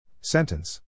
Sentence